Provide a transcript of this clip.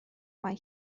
mae